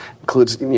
includes